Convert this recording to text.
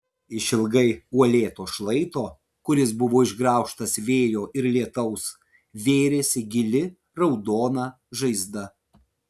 išilgai uolėto šlaito kuris buvo išgraužtas vėjo ir lietaus vėrėsi gili raudona žaizda